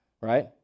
right